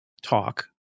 Talk